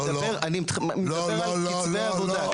אני מדבר על קצבי עבודה.